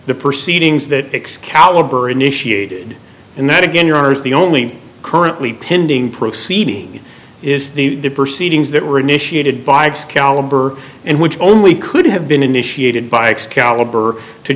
the proceedings that excalibur initiated and that again your honor is the only currently pending proceeding is the proceed ngs that were initiated by caliber and which only could have been initiated by x caliber to